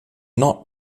not